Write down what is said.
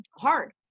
hard